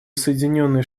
соединенные